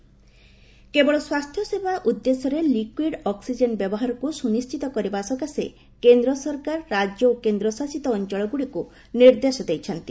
oxygen use କେବଳ ସ୍ୱାସ୍ଥ୍ୟସେବା ଉଦ୍ଦେଶ୍ୟରେ ଲିକ୍ୟୁଇଡ ଅକ୍ନିଜେନ ବ୍ୟବହାରକୁ ସୁନିଶ୍ଚିତ କରିବା ସକାଶେ କେନ୍ଦ୍ର ସରକାର ରାଜ୍ୟ ଓ କେନ୍ଦ୍ରଶାସିତ ଅଞ୍ଚଳଗୁଡିକୁ ନିର୍ଦ୍ଦେଶ ଦେଇଛନ୍ତି